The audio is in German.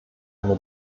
eine